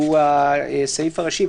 שהוא הסעיף הראשי,